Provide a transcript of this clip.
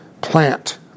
plant